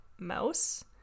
Mouse